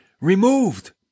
removed